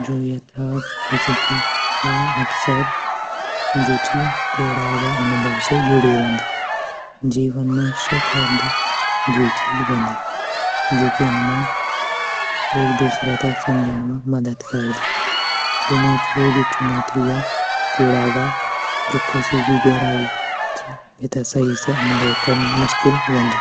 जू यथार्थ ख़ुशी ची उ अकसर जू ची पीड़ा ग अनुभव से जुड़ी रौंदी जीवन म सुख और दुख द्वि चीज़ वंदी जू की हमा एक दूसरा त समझण म मदद करदी बिना के भी चुनौती ग पीड़ा ग जू ख़ुशी गी गहराई ची वेता सही से अनुभव कन मुश्किल वंदु।